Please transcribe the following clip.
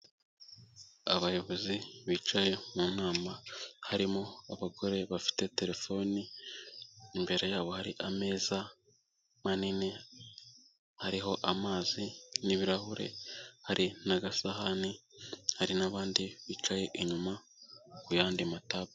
Abayobozi bicaye mu nama, harimo abagore bafite telefone, imbere yabo hari ameza manini hariho amazi n'ibirahure, hari n'agasahani, hari n'abandi bicaye inyuma ku yandi matabu.